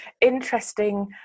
interesting